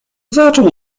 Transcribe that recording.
zaczął